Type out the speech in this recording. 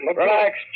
Relax